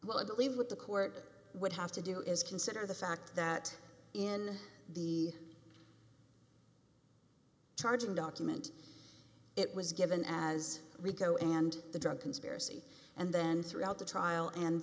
well i believe what the court would have to do is consider the fact that in the charging document it was given as rico and the drug conspiracy and then throughout the trial and